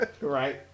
Right